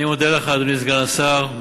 אני מודה לך, אדוני סגן השר.